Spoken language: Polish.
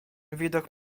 widok